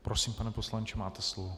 Prosím, pane poslanče, máte slovo.